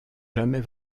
jamais